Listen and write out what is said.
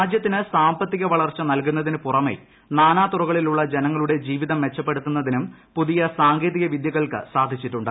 രാജ്യത്തിന് സാമ്പത്തിക വളർച്ച നൽകുന്നതിന് പുറമേ നാനാ തുറകളിലുള്ള ജനങ്ങളുടെ ജീവിതം മെച്ചപ്പെടുത്തുന്നതിനും പുതിയ സാങ്കേതിക വിദ്യകൾക്ക് സാധിച്ചിട്ടുണ്ട്